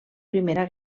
primera